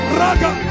raga